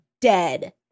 dead